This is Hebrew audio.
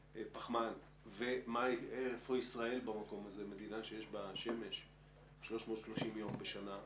הפחמן, במיוחד במדינה שיש בה שמש 330 יום בשנה,